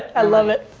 i love it.